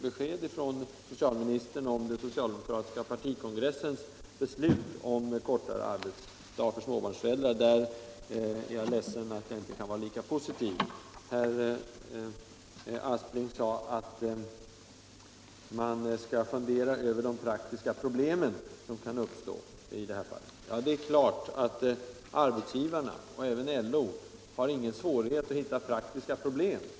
Beträffande den socialdemokratiska partikongressens beslut om kortare arbetsdag för småbarnsföräldrar, där jag hoppades få ett besked från socialministern, är jag ledsen att inte kunna vara lika positiv. Herr Aspling sade att man skall fundera över de praktiska problem som kan uppstå. Det är klart att arbetsgivarna och LO inte har någon svårighet att hitta praktiska problem.